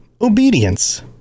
obedience